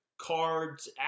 cards